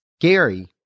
Gary